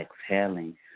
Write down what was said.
exhaling